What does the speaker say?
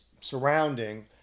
surrounding